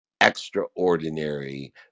extraordinary